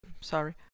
sorry